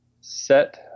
set